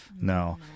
no